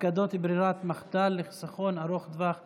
הפקדות ברירת מחדל לחיסכון ארוך טווח לילדים).